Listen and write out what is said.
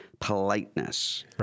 politeness